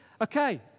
Okay